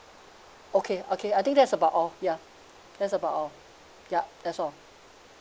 okay okay I think that's about all ya that's about all yup that's all